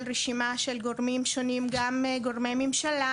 רשימה של גורמים שונים גם גורמי ממשלה,